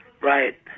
Right